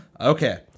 Okay